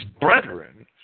brethren